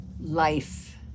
life